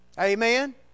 Amen